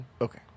Okay